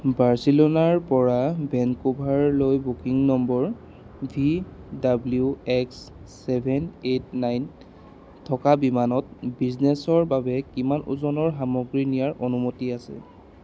বাৰ্চিলোনাৰ পৰা ভেনকুভাৰলৈ booking number V W X seven eight nine থকা বিমানত বিজিনেছৰ বাবে কিমান ওজনৰ সামগ্ৰী নিয়াৰ অনুমতি আছে